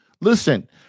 Listen